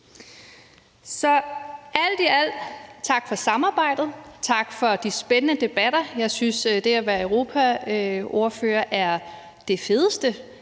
vil jeg sige tak for samarbejdet, og tak for de spændende debatter. Jeg synes, at det at være europaordfører er det fedeste.